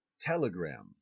telegram